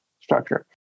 structure